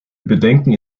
bedenken